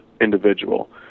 individual